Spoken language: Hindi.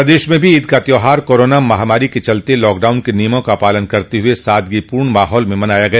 प्रदेश में भी ईद का त्यौहार कोरोना महामारी के चलते लॉकडाउन के नियमों का पालन करते हुए सादगीपूर्ण माहौल में मनाया गया